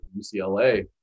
UCLA